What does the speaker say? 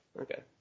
Okay